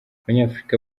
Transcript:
abanyafurika